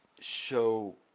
show